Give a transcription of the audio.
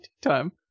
time